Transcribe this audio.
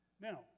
Now